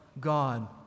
God